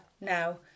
now